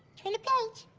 turn the page.